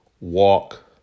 walk